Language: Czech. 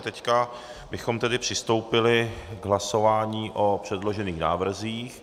Teď bychom přistoupili k hlasování o předložených návrzích.